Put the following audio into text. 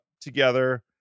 together